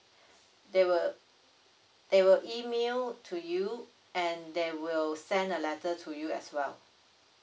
they will they will email to you and they will send a letter to you as well